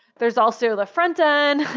there's also the front-end.